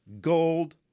gold